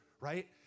right